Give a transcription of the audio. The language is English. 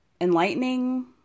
enlightening